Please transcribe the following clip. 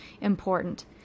important